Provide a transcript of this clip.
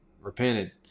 repented